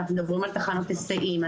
אנחנו מדברים על תחנות היסעים,